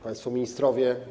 Państwo Ministrowie!